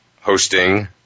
hosting